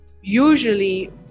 Usually